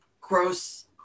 gross